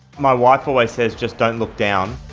my wife always says just don't look down.